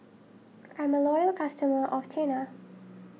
I'm a loyal customer of Tena